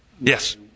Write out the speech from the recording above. Yes